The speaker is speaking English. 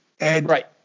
Right